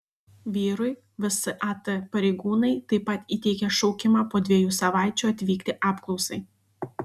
vyrui vsat pareigūnai taip pat įteikė šaukimą po dviejų savaičių atvykti apklausai